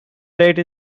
late